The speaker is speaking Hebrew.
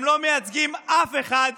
הם לא מייצגים אף אחד,